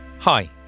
Hi